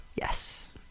yes